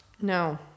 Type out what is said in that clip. No